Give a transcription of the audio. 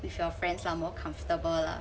with your friends lah more comfortable lah